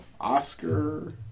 Oscar